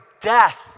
death